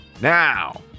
Now